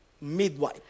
Midwife